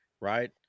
right